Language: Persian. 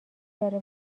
داره